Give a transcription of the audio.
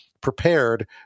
prepared